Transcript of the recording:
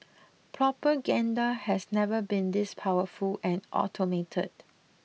propaganda has never been this powerful and automated